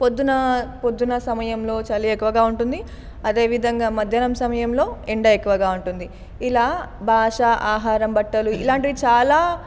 పొద్దున పొద్దున సమయంలో చలి ఎక్కువగా ఉంటుంది అదేవిధంగా మధ్యాహ్నం సమయంలో ఎండ ఎక్కువగా ఉంటుంది ఇలా భాష ఆహారం బట్టలు ఇలాంటివి చాలా